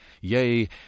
Yea